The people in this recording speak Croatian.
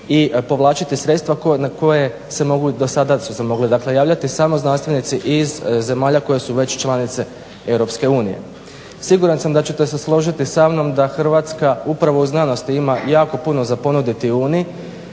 i povlačiti sredstva na koja su se i do sada mogla javljati samo znanstvenici iz zemalja koje su već članice EU. Siguran sam da ćete se složiti sa mnom da Hrvatska upravo u znanosti ima jako puno za ponuditi Uniji